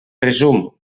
resum